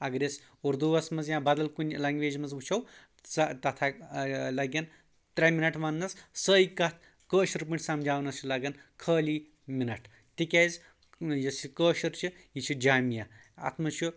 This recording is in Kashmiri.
اگر أسۍ اُردُووَس منٛز یا بَدل کُنہِ لَنٛگوَیج منٛز وٕچَھو تَتھ لَگن ترٛےٚ مِنَٹ وننَس سٲے کَتھ کٲشر پٲٹھۍ سمجَاونَس چھِ لَگان خٲلی مِنَٹ تِکیازِ یۄس یہِ کٲشُر چھِ یہِ چھِ جامِعہَ اَتھ منٛز چھُ